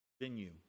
venue